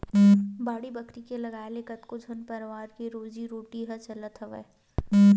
बाड़ी बखरी के लगाए ले कतको झन परवार के रोजी रोटी ह चलत हवय